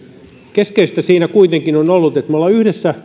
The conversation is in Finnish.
keskeistä siinä kuitenkin on ollut että me olemme yhdessä